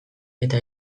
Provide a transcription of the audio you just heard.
eta